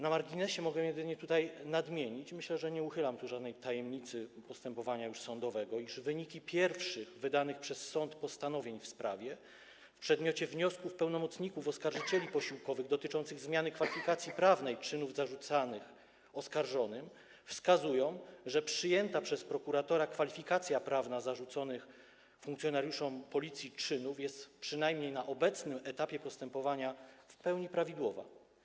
Na marginesie mogę jedynie nadmienić - myślę, że nie uchylam żadnej tajemnicy postępowania sądowego - iż wyniki pierwszych wydanych przez sąd postanowień w sprawie w przedmiocie wniosków pełnomocników oskarżycieli posiłkowych dotyczących zmiany kwalifikacji prawnej czynów zarzucanych oskarżonym wskazują, że przyjęta przez prokuratora kwalifikacja prawna zarzuconych funkcjonariuszom Policji czynów jest, przynajmniej na obecnym etapie postępowania, w pełni prawidłowa.